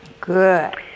Good